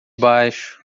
baixo